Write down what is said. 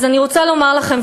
אז אני רוצה לומר לכם,